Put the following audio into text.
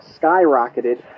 skyrocketed